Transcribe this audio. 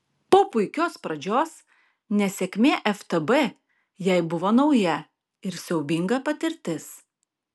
po puikios pradžios nesėkmė ftb jai buvo nauja ir siaubinga patirtis